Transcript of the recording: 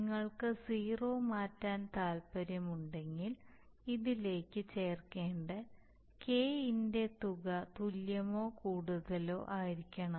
നിങ്ങൾക്ക് സീറോ മാറ്റാൻ താൽപ്പര്യമുണ്ടെങ്കിൽ ഇതിലേക്ക് ചേർക്കേണ്ട k ഇൻറെ തുക തുല്യമോ കൂടുതലോ ആയിരിക്കണം